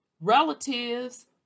relatives